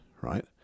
right